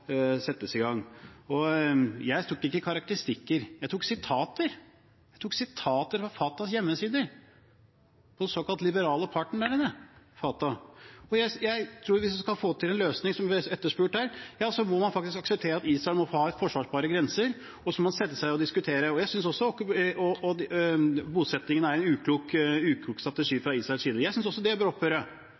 settes i gang. Og jeg kom ikke med karakteristikker; jeg kom med sitater – fra Fatahs hjemmesider, den såkalt liberale parten der nede, Fatah. Jeg tror at hvis vi skal få til en løsning, som ble etterspurt her, må man faktisk akseptere at Israel må ha forsvarbare grenser, og så må man sette seg ned og diskutere, og bosettingen er en uklok strategi fra Israels side. Jeg synes også det bør opphøre.